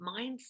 mindset